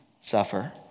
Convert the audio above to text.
suffer